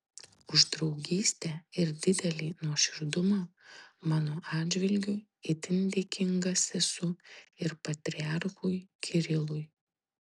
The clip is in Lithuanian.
už draugystę ir didelį nuoširdumą mano atžvilgiu itin dėkingas esu ir patriarchui kirilui